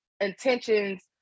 intentions